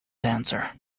dancer